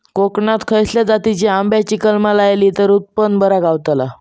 कोकणात खसल्या जातीच्या आंब्याची कलमा लायली तर उत्पन बरा गावताला?